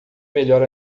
melhor